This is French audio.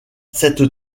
cette